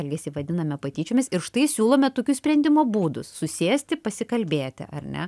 elgesį vadiname patyčiomis ir štai siūlome tokius sprendimo būdus susėsti pasikalbėti ar ne